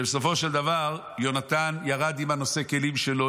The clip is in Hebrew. ובסופו של דבר יונתן ירד עם נושא הכלים שלו,